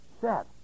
set